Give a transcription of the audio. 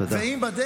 תודה.